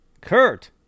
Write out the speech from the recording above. Kurt